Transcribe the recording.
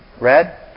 red